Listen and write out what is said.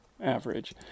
average